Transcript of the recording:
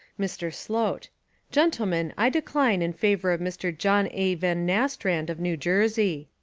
mr. slote gentlemen, i decline in favour of mr. john a. van nastrand, of new jersey.